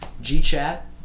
G-chat